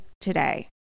today